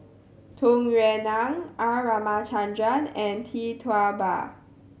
Tung Yue Nang R Ramachandran and Tee Tua Ba